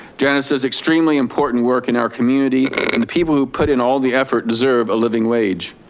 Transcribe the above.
janus does extremely important work in our community and the people who put in all the effort deserve a living wage.